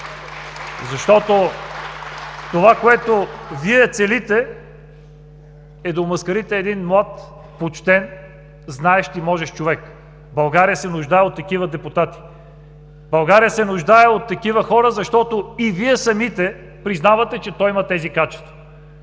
Защото това, което Вие целите, е да омаскарите един млад, почтен, знаещ и можещ човек. България се нуждае от такива депутати! България се нуждае от такива хора, защото и Вие самите признавате, че той има такива качества.